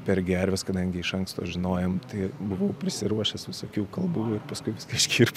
per gerves kadangi iš anksto žinojom tai buvau prisiruošęs visokių kalbų ir paskui iškirpo